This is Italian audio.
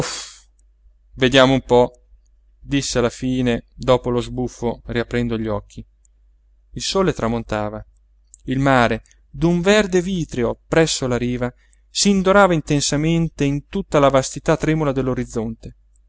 vediamo un po disse alla fine dopo lo sbuffo riaprendo gli occhi il sole tramontava il mare d'un verde vitreo presso la riva s'indorava intensamente in tutta la vastità tremula